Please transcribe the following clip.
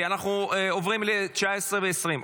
אנחנו עוברים ל-19 ו-20.